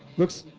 looks